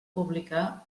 publicar